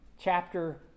chapter